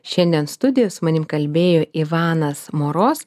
šiandien studijo su manim kalbėjo ivanas moroz